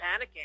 panicking